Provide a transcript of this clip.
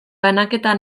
banaketa